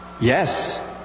Yes